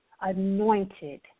anointed